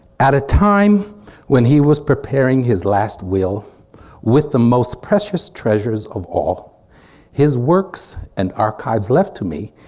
at a time when he was preparing his last will with the most precious treasures of all his works and archives left to me,